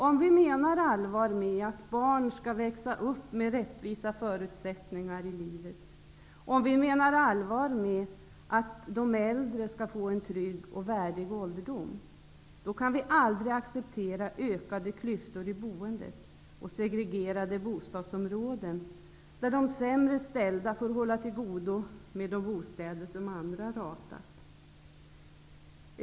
Om vi menar allvar med att barn skall växa upp med rättvisa förutsättningar i livet, om vi menar allvar med att de äldre skall få en trygg och värdig ålderdom, kan vi aldrig acceptera ökade klyftor i boendet och segregerade bostadsområden, där de sämre ställda får hålla till godo med de bostäder som andra ratat.